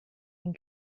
den